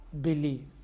believe